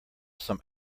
some